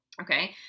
Okay